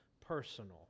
personal